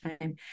time